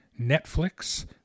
Netflix